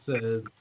says